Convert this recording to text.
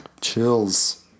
Chills